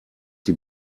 die